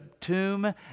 tomb